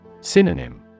Synonym